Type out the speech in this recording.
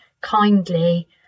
kindly